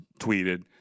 tweeted